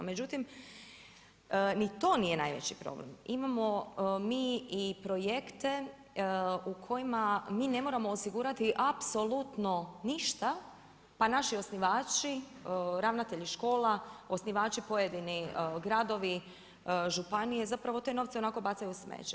Međutim, ni to nije najveći problem. imamo mi i projekte u kojima mi ne moramo osigurati apsolutno ništa pa naši osnivači ravnatelji škola osnivači pojedini gradovi, županije zapravo te novce i onako bacaju u smeće.